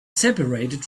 separated